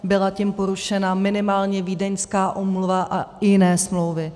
Byla tím porušena minimálně Vídeňská úmluva a i jiné smlouvy.